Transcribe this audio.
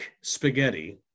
spaghetti